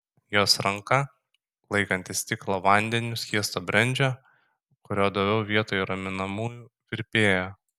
jos ranka laikanti stiklą vandeniu skiesto brendžio kurio daviau vietoj raminamųjų virpėjo